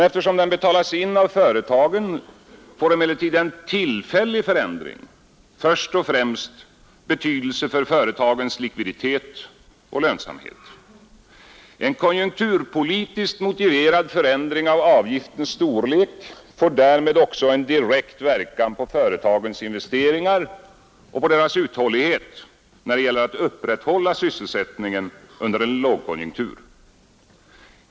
Eftersom den betalas in av företagen får emellertid en tillfällig förändring först och främst betydelse för företagens likviditet och lönsamhet. En konjunkturpolitiskt motiverad förändring av avgiftens storlek får därmed också en direkt verkan på företagens investeringar och på deras uthållighet när det gäller att upprätthålla sysselsättningen under en lågkonjunktur.